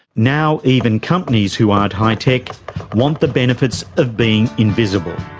now even companies who aren't high-tech want the benefits of being invisible,